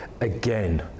again